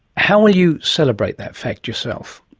how will you celebrate that fact yourself?